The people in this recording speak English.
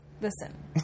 Listen